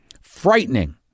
Frightening